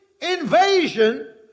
invasion